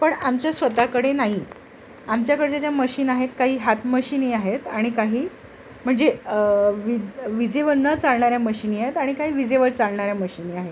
पण आमच्या स्वतःकडे नाही आमच्याकडे ज ज्या मशीन आहेत काही हात मशीनी आहेत आणि काही म्हणजे विज विजेवर न चालणाऱ्या मशीनी आहेत आणि काही विजेवर चालणाऱ्या मशीनी आहेत